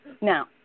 now